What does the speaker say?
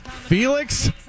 Felix